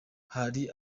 hari